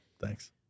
thanks